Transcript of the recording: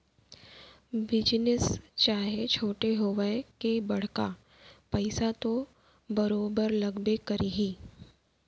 business चाहे छोटे होवय के बड़का पइसा तो बरोबर लगबे करही